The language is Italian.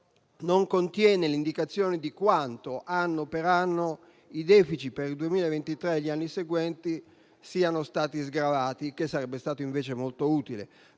non contiene l'indicazione di quanto, anno per anno, i *deficit* per il 2023 e gli anni seguenti siano stati sgravati, il che sarebbe stato invece molto utile,